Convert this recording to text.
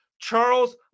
Charles